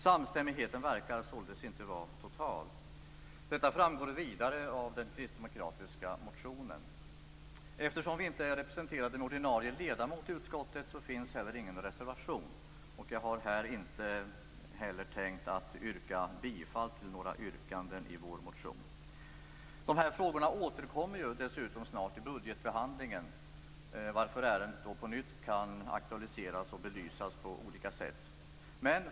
Samstämmigheten verkar inte vara total. Detta framgår också av den kristdemokratiska motionen. Eftersom vi inte är representerade med ordinarie ledamot i utskottet, har vi inte heller någon reservation, och jag har inte tänkt att yrka bifall till förslagen i vår motion. Dessa frågor återkommer dessutom snart i budgetbehandlingen, varför ärendet då på nytt kan aktualiseras och belysas på olika sätt.